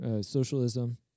socialism